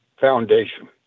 foundation